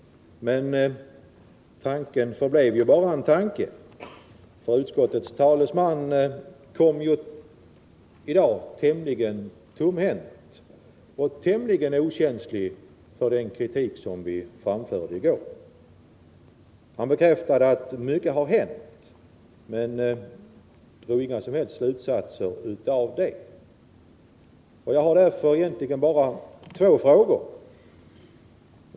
Den förhoppningen har inte infriats — utskottets talesman kom i dag tämligen tomhänt till debatten och visade sig vara okänslig för den kritik som vi framförde i går. Han bekräftade att mycket har hänt men drog inga som helst slutsatser av det. Jag har därför egentligen bara två frågor.